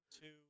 two